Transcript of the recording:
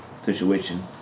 situation